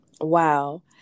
wow